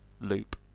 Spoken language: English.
loop